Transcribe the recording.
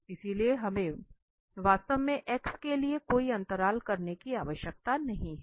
इसलिए हमें वास्तव में x के लिए कोई अंतराल करने की आवश्यकता नहीं है